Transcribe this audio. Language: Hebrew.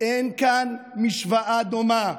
אין כאן משוואה דומה.